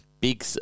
big